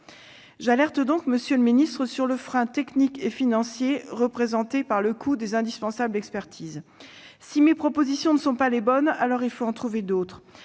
alerte donc, monsieur le ministre, sur le frein technique et financier que constituent les indispensables expertises. Si mes propositions ne sont pas les bonnes, alors il faut en trouver d'autres.